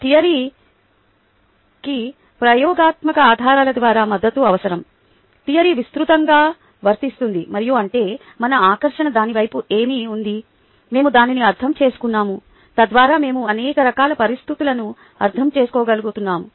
థియరీకి ప్రయోగాత్మక ఆధారాల ద్వారా మద్దతు అవసరం థియరీ విస్తృతంగా వర్తిస్తుంది మరియు అంటే మన ఆకర్షణ దాని వైపు ఏమి ఉంది మేము దానిని అర్థం చేసుకున్నాము తద్వారా మేము అనేక రకాల పరిస్థితులను అర్థం చేసుకోగలుగుతాము